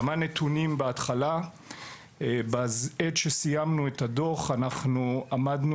כמה נתונים בהתחלה - בעת שסיימנו את הדוח עמדנו